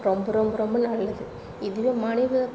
ரொம்ப ரொம்ப ரொம்ப நல்லது இதுவே மனித